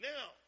Now